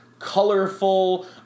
Colorful